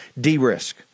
de-risk